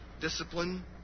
discipline